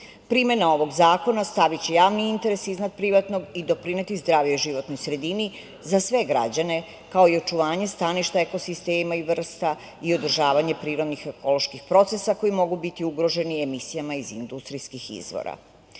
ovog zakona staviće javni interes iznad privatnog i doprineti zdravijoj životnoj sredini za sve građane, kao i očuvanje staništa ekosistema i vrsta i održavanja prirodnih ekoloških procesa koji mogu biti ugroženi emisijama iz industrijskih izvora. Da